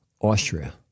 Austria